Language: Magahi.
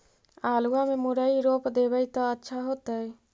आलुआ में मुरई रोप देबई त अच्छा होतई?